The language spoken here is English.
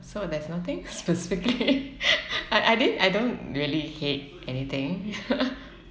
so there's nothing specifically I I didn't I don't really hate anything